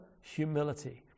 humility